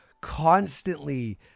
constantly